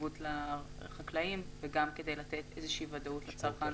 יציבות לחקלאים וגם כדי לתת ודאות לצרכן,